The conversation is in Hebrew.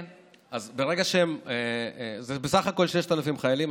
אז זה בסך הכול 6,000 חיילים.